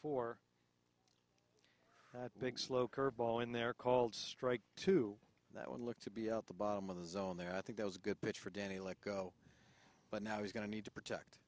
four big slow curve ball in there called strike two that one looked to be out the bottom of the zone there i think that was a good pitch for danny let go but now he's going to need to protect